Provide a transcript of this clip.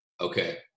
Okay